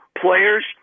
players